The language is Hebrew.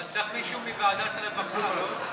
אבל צריך מישהו מוועדת הרווחה, לא?